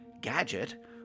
Gadget